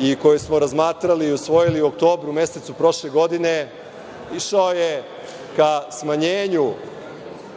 i koji smo razmatrali i usvojili u oktobru mesecu prošle godine je išao ka smanjenju